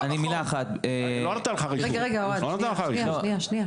רגע, רגע אוהד שנייה.